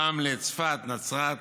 רמלה, צפת, נצרת,